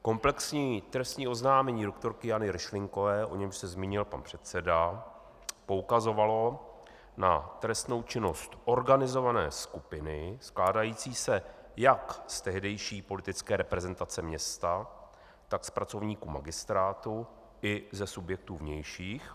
Komplexní trestní oznámení doktorky Jany Ryšlinkové, o kterém se zmínil pan předseda, poukazovalo na trestnou činnost organizované skupiny skládající se jak z tehdejší politické reprezentace města, tak z pracovníků magistrátu i ze subjektů vnějších.